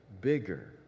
bigger